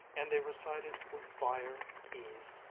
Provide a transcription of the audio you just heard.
and they recited with fire, ease,